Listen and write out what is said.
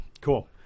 Cool